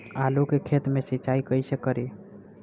आलू के खेत मे सिचाई कइसे करीं?